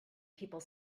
people